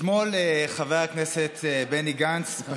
אתמול חבר הכנסת בני גנץ פשוט,